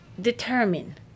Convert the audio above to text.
determine